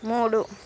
మూడు